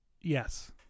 Yes